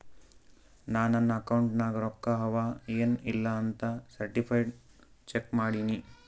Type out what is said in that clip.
ನಾ ನನ್ ಅಕೌಂಟ್ ನಾಗ್ ರೊಕ್ಕಾ ಅವಾ ಎನ್ ಇಲ್ಲ ಅಂತ ಸರ್ಟಿಫೈಡ್ ಚೆಕ್ ಮಾಡಿನಿ